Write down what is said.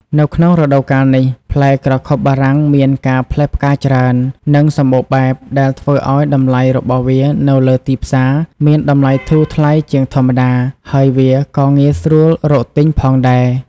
នៅក្នុងរដូវកាលនេះ ផ្លែក្រខុបបារាំងមានការផ្លែផ្កាច្រើន និងសម្បូរបែប ដែលធ្វើឱ្យតម្លៃរបស់វានៅលើទីផ្សារមានតម្លៃធូរថ្លៃជាងធម្មតា ហើយវាក៏ងាយស្រួលរកទិញផងដែរ។